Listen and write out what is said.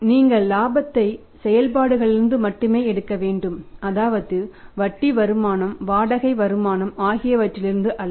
நீங்கள் இலாபத்தை செயல்பாடுகளிலிருந்து மட்டுமே எடுக்க வேண்டும் அதாவது வட்டி வருமானம் வாடகை வருமானம் ஆகியவற்றிலிருந்து அல்ல